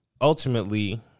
Ultimately